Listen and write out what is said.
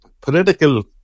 political